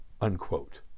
Unquote